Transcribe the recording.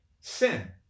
sin